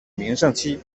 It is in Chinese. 名胜区